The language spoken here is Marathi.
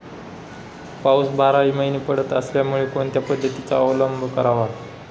पाऊस बाराही महिने पडत असल्यामुळे कोणत्या पद्धतीचा अवलंब करावा?